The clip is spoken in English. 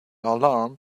alarm